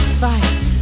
fight